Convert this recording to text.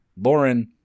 Lauren